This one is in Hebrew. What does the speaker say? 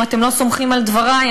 אם אתם לא סומכים על דברי,